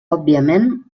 òbviament